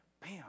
Bam